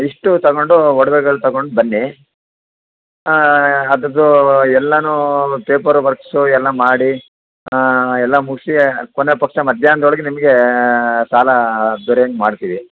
ಇಷ್ಟು ತೊಗೊಂಡು ಒಡವೆಗಳು ತೊಗೊಂಡು ಬನ್ನಿ ಅದರದ್ದು ಎಲ್ಲವು ಪೇಪರು ವರ್ಕ್ಸು ಎಲ್ಲ ಮಾಡಿ ಎಲ್ಲ ಮುಗಿಸಿ ಕೊನೆ ಪಕ್ಷ ಮಧ್ಯಾಹ್ನದೊಳಗೆ ನಿಮಗೆ ಸಾಲ ದೊರೆಂಗೆ ಮಾಡ್ತೀವಿ